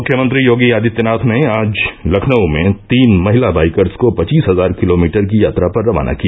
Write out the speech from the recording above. मुख्यमंत्री योगी आदित्यनाथ ने आज लखनऊ में तीन महिला बाइकर्स को पचीस हजार किलोमीटर की यात्रा पर रवाना किया